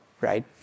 right